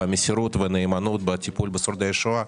המסירות והנאמנות בטיפול בשורדי השואה.